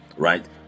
Right